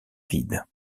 vide